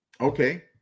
Okay